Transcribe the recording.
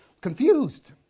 confused